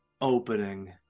opening